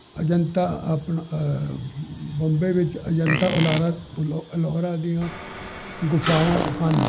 ਅਜੰਤਾ ਆਪਣਾ ਬੰਬੇ ਵਿੱਚ ਅਜੰਤਾ ਉਲਾਰਾ ਓਲੋਰਾ ਦੀਆਂ ਗੁਫਾਵਾਂ ਹਨ